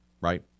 right